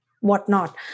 whatnot